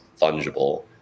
fungible